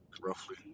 roughly